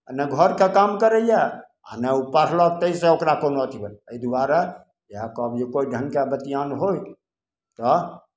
आ नहि घरके काम करैए आ नहि ओ पढ़लक ताहिसँ ओकरा कोनो अथी भेल एहि दुआरे इएह कहब जे कोइ ढङ्गके गतियान होय तऽ